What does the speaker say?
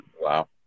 wow